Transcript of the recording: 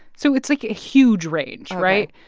so it's, like, a huge range, right?